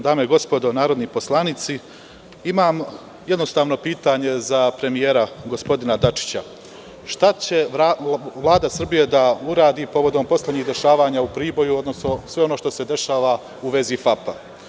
Dame i gospodo narodni poslanici, imam jednostavno pitanje za premijera, gospodina Dačića – šta će Vlada Srbije da uradi povodom poslednjih dešavanja u Priboju, odnosno sve ono što se dešava u vezi FAP?